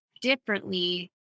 differently